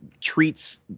treats